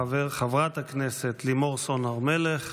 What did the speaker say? חברת הכנסת לימור סון הר מלך.